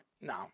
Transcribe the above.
No